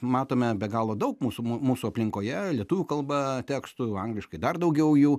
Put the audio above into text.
matome be galo daug mūsų mū mūsų aplinkoje lietuvių kalba tekstų angliškai dar daugiau jų